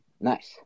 Nice